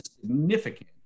significant